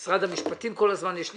עם משרד המשפטים יש לי כל הזמן קשיים,